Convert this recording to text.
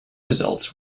results